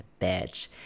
Bitch